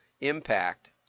impact